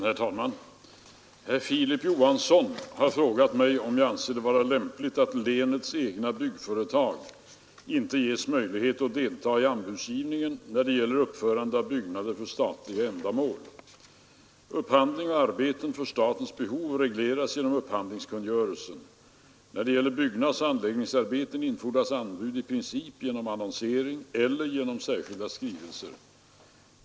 Herr talman! Herr Johansson i Holmgården har frågat mig om jag anser det vara lämpligt att länets egna byggföretag inte ges möjlighet att deltaga i anbudsgivningen då det gäller uppförande av byggnader för statliga ändamål. Upphandling och arbeten för statens behov regleras genom upphandlingskungörelsen. När det gäller byggnadsoch anläggningsarbeten infordras anbud i princip genom annonsering eller genom särskilda skrivelser.